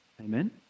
Amen